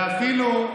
ואפילו,